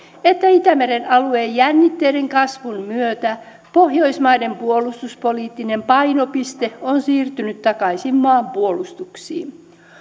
että itämeren alueen jännitteiden kasvun myötä pohjoismaiden puolustuspoliittinen painopiste on siirtynyt takaisin maanpuolustuksiin